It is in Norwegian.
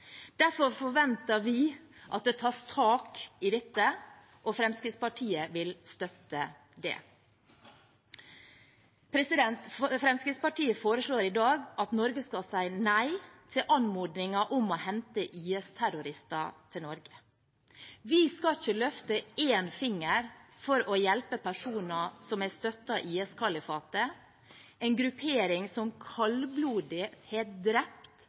Derfor forventer vi at det tas tak i dette, og Fremskrittspartiet vil støtte det. Fremskrittspartiet foreslår i dag at Norge skal si nei til anmodningen om å hente IS-terrorister til Norge. Vi skal ikke løfte én finger for å hjelpe personer som har støttet IS-kalifatet, en gruppering som kaldblodig har drept,